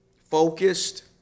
focused